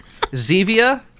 Zevia